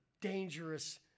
dangerous